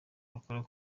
yakora